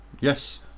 Yes